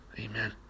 Amen